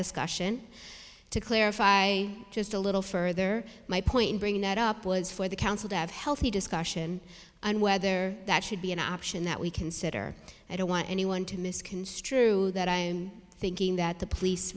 discussion to clarify just a little further my point bringing that up was for the council to have healthy discussion on whether that should be an option that we consider i don't want anyone to misconstrue that i and thinking that the police